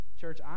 church